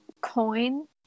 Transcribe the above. Coin